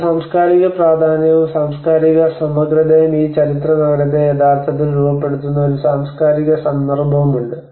ഒരു സാംസ്കാരിക പ്രാധാന്യവും സാംസ്കാരിക സമഗ്രതയും ഈ ചരിത്ര നഗരത്തെ യഥാർത്ഥത്തിൽ രൂപപ്പെടുത്തുന്ന ഒരു സാംസ്കാരിക സന്ദർഭവുമുണ്ട്